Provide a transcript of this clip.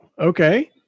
Okay